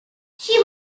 she